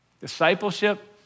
Discipleship